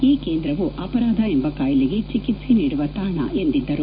ಈ ಕೇಂದ್ರವು ಅಪರಾಧ ಎಂಬ ಕಾಯಿಲೆಗೆ ಚಿಕಿತ್ಸೆ ನೀಡುವ ತಾಣ ಎಂದಿದ್ದರು